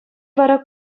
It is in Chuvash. вара